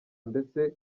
ndetse